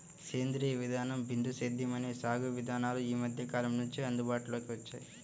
సేంద్రీయ విధానం, బిందు సేద్యం అనే సాగు విధానాలు ఈ మధ్యకాలం నుంచే అందుబాటులోకి వచ్చాయి